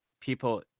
people